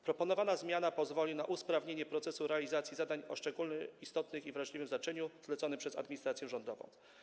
Proponowana zmiana pozwoli na usprawnienie procesu realizacji zadań o szczególnie istotnym i wrażliwym znaczeniu zleconych przez administrację rządową.